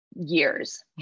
years